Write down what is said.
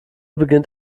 beginnt